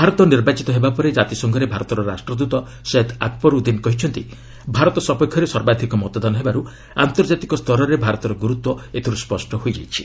ଭାରତ ନିର୍ବାଚିତ ହେବା ପରେ କାତିସଂଘରରେ ଭାରତର ରାଷ୍ଟ୍ରଦୃତ ସୟଦ୍ ଆକବରୁଦ୍ଦିନ୍ କହିଛନ୍ତି ଭାରତ ସପକ୍ଷରେ ସର୍ବାଧିକ ମତଦାନ ହେବାରୁ ଆନ୍ତର୍କାତିକ ସ୍ତରରେ ଭାରତର ଗୁରୁତ୍ୱ ଏଥିରୁ ସ୍ୱଷ୍ଟ ହୋଇଯାଇଛି